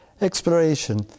exploration